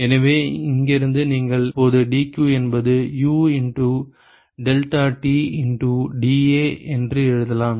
எனவே இங்கிருந்து நீங்கள் இப்போது dq என்பது U into delta T into dA என்று எழுதலாம்